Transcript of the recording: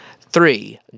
Three